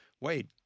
Wade